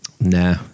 Nah